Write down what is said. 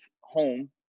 home